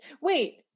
Wait